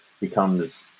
becomes